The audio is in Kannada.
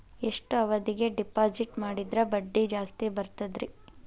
ಎಷ್ಟು ಅವಧಿಗೆ ಡಿಪಾಜಿಟ್ ಮಾಡಿದ್ರ ಬಡ್ಡಿ ಜಾಸ್ತಿ ಬರ್ತದ್ರಿ?